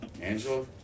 Angela